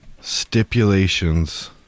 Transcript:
stipulations